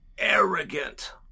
arrogant